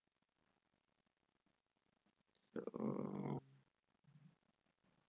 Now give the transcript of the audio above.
uh